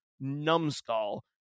Numskull